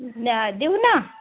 नाही देऊ ना